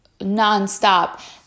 nonstop